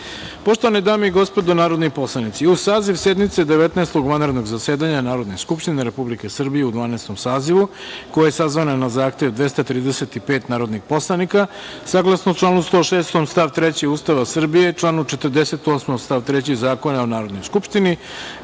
reda. Poštovane dame i gospodo narodni poslanici, uz saziv sednice Devetnaestog vanrednog zasedanja Narodne skupštine Republike Srbije u Dvanaestom sazivu, koja je sazvana na zahtev 235 narodnih poslanika, saglasno članu 106. stav 3. Ustava Republike Srbije, članu 48. stav 3. Zakona o Narodnoj skupštini